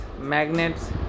Magnets